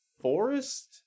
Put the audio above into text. forest